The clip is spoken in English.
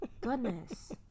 Goodness